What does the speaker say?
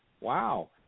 Wow